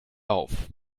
auf